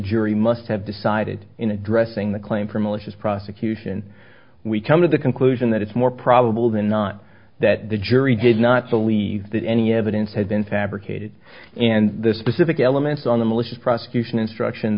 jury must have decided in addressing the claim for malicious prosecution we come to the conclusion that it's more probable than not that the jury did not believe that any evidence had been fabricated and the specific elements on the malicious prosecution instruction